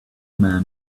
man